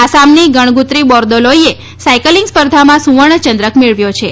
આસામની ગણગુત્રી બોર્દોલોઈએ સાયકલિંગ સ્પર્ધામાં સુવર્ણ ચંદ્રક મેળવ્યો છે